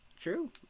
true